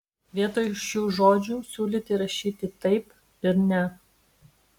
vietoj šių žodžių siūlyti rašyti taip ir ne